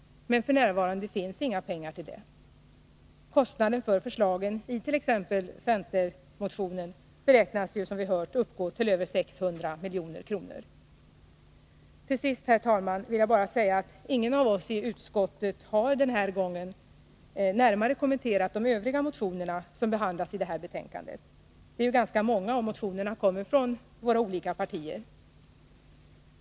Men f.n. finns inga pengar till detta. Kostnaden för förslagen i t.ex. centermotionen beräknas uppgå, som vi hört, till över 600 milj.kr. Till sist, herr talman, vill jag bara säga att ingen av oss i utskottet den här gången närmare har kommenterat de övriga motioner som behandlas i betänkandet. De är ju ganska många och kommer från flera olika partier.